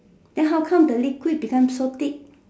then how come the liquid become so thick